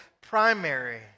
primary